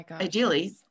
ideally